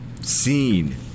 scene